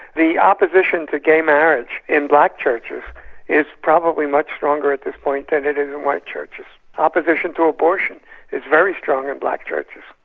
the opposition to gay marriage in black churches is probably much stronger at this point than it is in white churches. opposition to abortion is very strong in black churches.